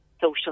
social